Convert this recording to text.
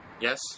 Yes